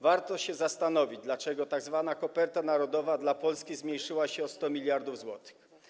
Warto się zastanowić, dlaczego tzw. koperta narodowa dla Polski zmniejszyła się o 100 mld zł.